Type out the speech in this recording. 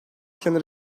planı